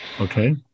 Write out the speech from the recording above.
Okay